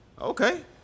okay